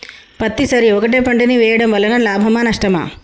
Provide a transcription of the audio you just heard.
పత్తి సరి ఒకటే పంట ని వేయడం వలన లాభమా నష్టమా?